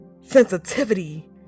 Sensitivity